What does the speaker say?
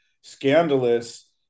scandalous